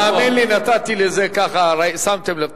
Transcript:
האמן לי, נתתי לזה, שמתם לב.